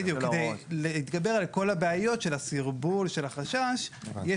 כדי להתגבר על כל הבעיות של הסרבול והחשש יש